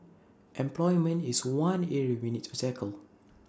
employment is one area we need to tackle